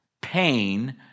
pain